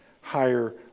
higher